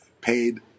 paid